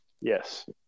Yes